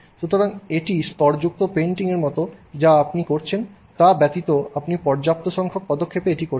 সুতরাং এটি স্তরযুক্ত পেইন্টিংয়ের মতো যা আপনি করছেন তা ব্যতীত আপনি পর্যাপ্ত সংখ্যক পদক্ষেপে এটি করছেন